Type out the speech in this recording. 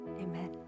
Amen